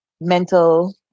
mental